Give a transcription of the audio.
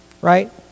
right